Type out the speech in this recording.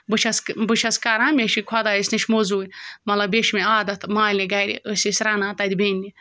بہٕ چھٮ۪س بہ چھٮ۪س کَران مےٚ چھِ خۄدایَس نِش مٔزوٗرۍ مطلب بیٚیہِ چھِ مےٚ عادت مالنہِ گَرِ أسۍ ٲسۍ رَنان تَتہِ بیٚنہِ